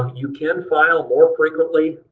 you can file more frequently